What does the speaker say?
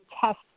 test